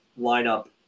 lineup